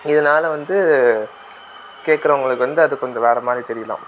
இதனால் வந்து கேட்குறவங்களுக்கு வந்து அது கொஞ்சம் வேறு மாதிரி தெரியலாம்